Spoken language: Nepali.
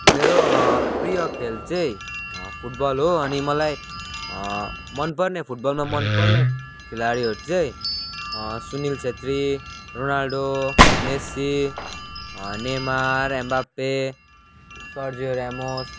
मेरो प्रिय खेल चाहिँ फुटबल हो अनि मलाई मन पर्ने फुटबलमा मन पर्ने खेलाडीहरू चाहिँ Sunil Chhetri Ronaldo Messi Neymar Mbappe Sergio Ramos